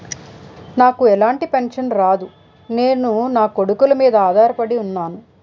నాకు ఎలాంటి పెన్షన్ రాదు నేను నాకొడుకుల మీద ఆధార్ పడి ఉన్నాను